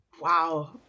Wow